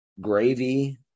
Gravy